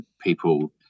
people